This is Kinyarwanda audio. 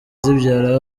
zibyara